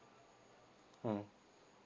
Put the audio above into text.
mm